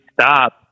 stop